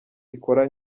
ikora